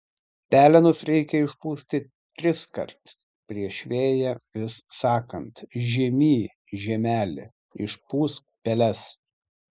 pelenus reikia išpūsti triskart prieš vėją vis sakant žiemy žiemeli išpūsk peles